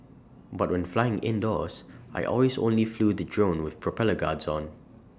but when flying indoors I always only flew the drone with propeller guards on